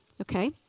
Okay